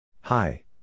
Hi